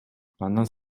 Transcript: андан